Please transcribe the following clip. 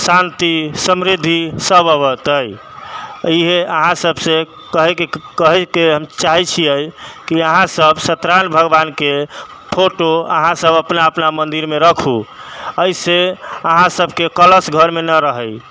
शान्ति समृद्धि सभ एतै इहे अहाँ सभसँ कहएके कहएके हम चाहैत छिऐ कि अहाँ सभ सत्य नारायण भगवानके फोटो अहाँ सभ अपना अपना मन्दिरमे रखु एहिसँ अहाँ सभकेँ क्लेश घरमे नहि रहि